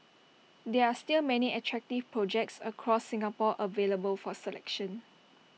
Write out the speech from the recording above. there are still many attractive projects across Singapore available for selection